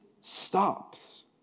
stops